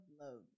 love